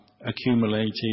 accumulated